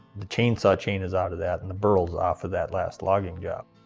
the chainsaw chain is out of that and the burl's off of that last logging job.